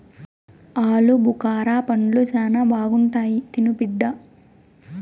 ఆలుబుకారా పండ్లు శానా బాగుంటాయి తిను బిడ్డ